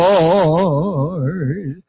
Lord